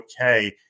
okay